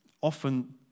often